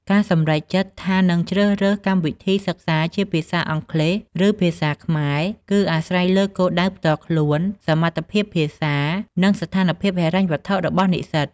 ការសម្រេចចិត្តថានឹងជ្រើសរើសកម្មវិធីសិក្សាជាភាសាអង់គ្លេស ឬភាសាខ្មែរ គឺអាស្រ័យលើគោលដៅផ្ទាល់ខ្លួន សមត្ថភាពភាសា និងស្ថានភាពហិរញ្ញវត្ថុរបស់និស្សិត។